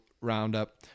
roundup